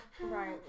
Right